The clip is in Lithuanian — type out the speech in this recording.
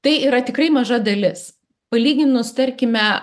tai yra tikrai maža dalis palyginus tarkime